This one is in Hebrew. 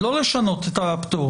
לא לשנות את הפטור